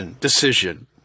decision